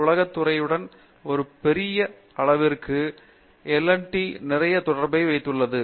உலக துறையுடன் ஒரு பெரிய அளவிற்கு எல் டி L D நிறைய தொடர்பை பயன்படுத்தியுள்ளது